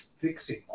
fixing